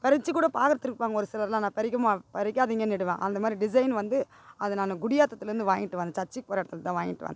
பறித்து கூட பார்த்துருப்பாங்க ஒரு சிலர்லாம் நான் பறிக்க மா பறிக்காதிங்கன்னிடுவேன் அந்த மாதிரி டிசைன் வந்து அதை நான் குடியாத்தத்தில் இருந்து வாங்கிட்டு வந்தேன் சர்ச்சுக்கு போகிற இடத்துல தான் வாங்கிட்டு வந்தேன்